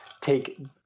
take